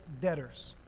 debtors